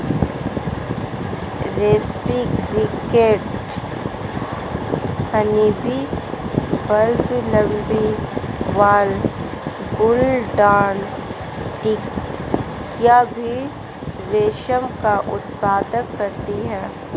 रेस्पी cricket, honeybee, bumblebee larva, bulldog चींटियां भी रेशम का उत्पादन करती हैं